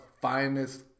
finest